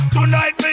Tonight